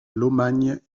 lomagne